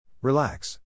Relax